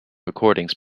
recordings